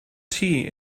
tea